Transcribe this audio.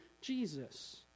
Jesus